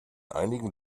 einigen